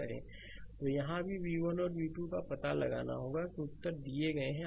slide समय देखें 2059 तो यहाँ भी v1 और v2 को पता लगाना होगा कि उत्तर दिए गए हैं